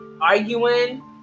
arguing